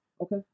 Okay